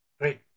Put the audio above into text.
Great